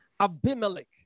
Abimelech